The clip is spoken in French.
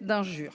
d'injure.